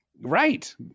Right